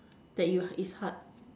that you is hard